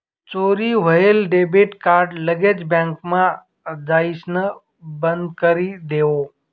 चोरी व्हयेल debit card लगेच बँकमा जाइसण बंदकरी देवो